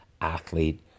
athlete